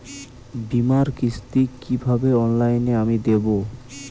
বীমার কিস্তি কিভাবে অনলাইনে আমি দেবো?